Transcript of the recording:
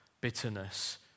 bitterness